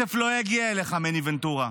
הכסף לא יגיע אליך, מני ונטורה,